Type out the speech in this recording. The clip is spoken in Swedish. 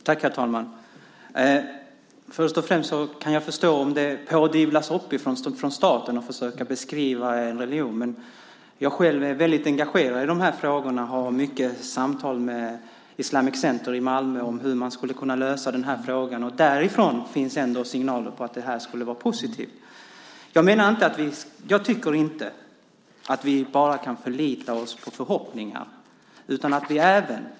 Herr talman! Jag kan förstå om det uppifrån, från staten, pådyvlas försök till att beskriva en religion. Jag är själv väldigt engagerad i de här frågorna och har mycket samtal med Islamic Center i Malmö om hur man skulle kunna lösa frågan. Därifrån finns det signaler om att det här är positivt. Jag tycker inte att vi bara kan förlita oss på förhoppningar.